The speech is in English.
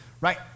right